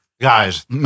guys